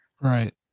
Right